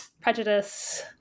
prejudice